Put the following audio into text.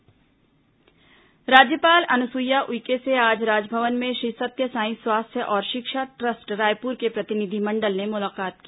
राज्यपाल मुख्यमंत्री गावस्कर मुलाकात राज्यपाल अनुसुईया उइके से आज राजभवन में श्री सत्य सांई स्वास्थ्य और शिक्षा ट्रस्ट रायपुर के प्रतिनिधिमंडल ने मुलाकात की